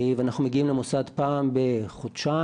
ואנחנו מגיעים למוסד פעם בחודשיים,